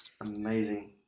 amazing